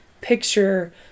picture